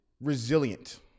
resilient